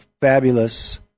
fabulous